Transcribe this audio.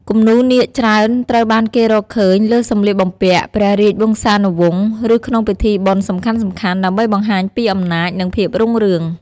គំនូរនាគច្រើនត្រូវបានគេរកឃើញលើសម្លៀកបំពាក់ព្រះរាជវង្សានុវង្ស ឬក្នុងពិធីបុណ្យសំខាន់ៗ ដើម្បីបង្ហាញពីអំណាច និងភាពរុងរឿង។